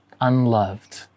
unloved